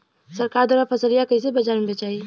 सरकार द्वारा फसलिया कईसे बाजार में बेचाई?